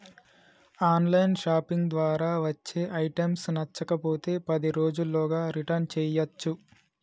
on line shopping ద్వారా వచ్చే items నచ్చకపోతే పది రోజుల్లోగా రిటర్న్ చేయ్యచ్చు